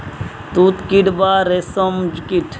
তুত কীট বা রেশ্ম কীট